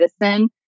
medicine